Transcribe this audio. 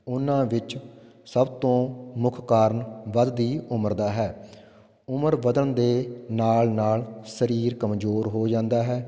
ਉਹਨਾਂ ਵਿੱਚ ਸਭ ਤੋਂ ਮੁੱਖ ਕਾਰਨ ਵੱਧਦੀ ਉਮਰ ਦਾ ਹੈ ਉਮਰ ਵਧਣ ਦੇ ਨਾਲ ਨਾਲ ਸਰੀਰ ਕਮਜ਼ੋਰ ਹੋ ਜਾਂਦਾ ਹੈ